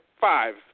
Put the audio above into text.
five